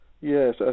yes